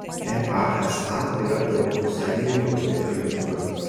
easa yra europos sąjungai pavaldi agentūra